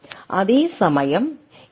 அதேசமயம் இந்த எல்